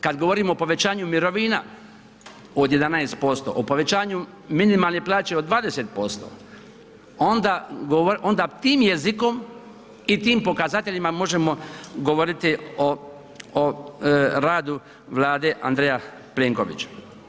Kada govorimo o povećanju mirovina od 11%, o povećanju minimalne plaće od 20%, onda tim jezikom i tim pokazateljima možemo govoriti o radu Vlade Andreja Plenkovića.